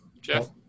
Jeff